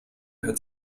hört